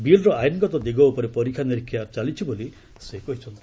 ବିଲ୍ର ଆଇନଗତ ଦିଗ ଉପରେ ପରୀକ୍ଷା ନିରୀକ୍ଷା ଚାଲିଛି ବୋଲି ସେ କହିଛନ୍ତି